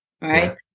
right